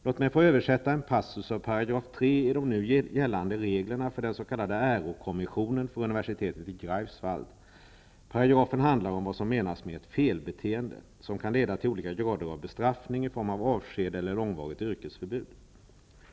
Låt mig få översätta en passus i 3 § i de nu gällande reglerna för den s.k. Äro-kommissionen vid universitetet i Greifswald. Paragrafen handlar om vad som menas med ett felbeteende, som kan leda till olika grader av bestraffning i form av avsked eller långvarigt yrkesförbud.